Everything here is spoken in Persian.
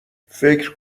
فکر